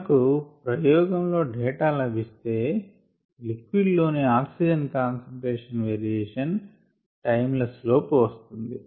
మనకు ఒక ప్రయోగంలో డేటా లభిస్తే లిక్విడ్ లోని ఆక్సిజన్ కాన్సంట్రేషన్ వేరియేషన్ టైం ల స్లోప్ వస్తుంది